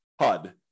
HUD